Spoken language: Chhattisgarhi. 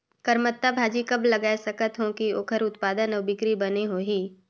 करमत्ता भाजी कब लगाय सकत हो कि ओकर उत्पादन अउ बिक्री बने होही?